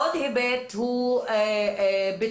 עוד היבט הוא ביטחונם.